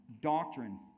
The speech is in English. doctrine